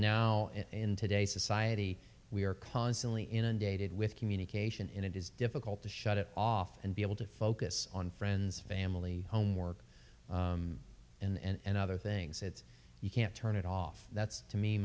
now in today's society we are constantly inundated with communication it is difficult to shut it off and be able to focus on friends family homework and other things it's you can't turn it off that's to me